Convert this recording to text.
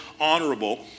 honorable